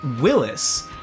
Willis